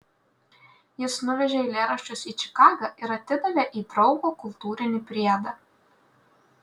jis nuvežė eilėraščius į čikagą ir atidavė į draugo kultūrinį priedą